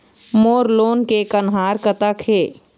मोर लोन के कन्हार कतक हे?